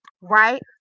right